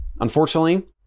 unfortunately